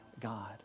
God